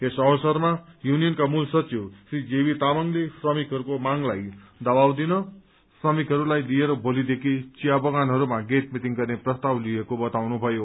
यस अवसरमा युनियनका मूल सचिव श्री जेबी तामाङले श्रमिकहरूको मागलाई दबाव दिन श्रमिकहरूलाई लिएर भोलीदेखि चिया बगानहरूमा गेट मिटिंग गर्ने प्रस्ताव लिएको बताउनुभयो